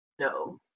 no